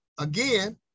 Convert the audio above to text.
Again